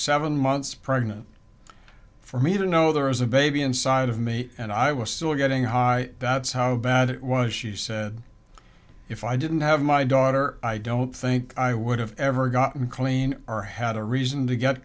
seven months pregnant for me to know there was a baby inside of me and i was still getting high that's how bad it was she said if i didn't have my daughter i don't think i would have ever gotten clean or had a reason to get